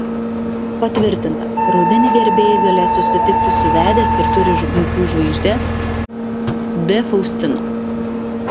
patvirtinta rudenį gerbėjai galės susitikti su vedęs ir turi vaikų žvaigžde d faustino